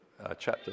chapter